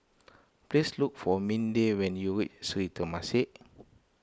please look for Minda when you reach Sri Temasek